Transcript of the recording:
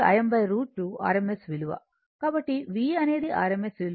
కాబట్టి V అనేది rms విలువ